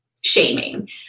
shaming